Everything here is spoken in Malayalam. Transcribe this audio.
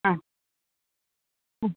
ആ ഉം